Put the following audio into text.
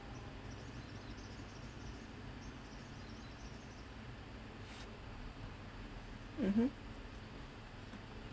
mmhmm